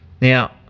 Now